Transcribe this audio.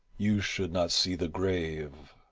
you should not see the grave.